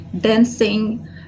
dancing